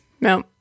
no